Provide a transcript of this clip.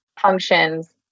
functions